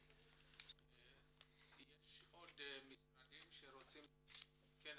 יש עוד משרדים שרוצים לומר משהו?